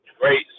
great